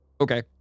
Okay